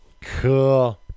Cool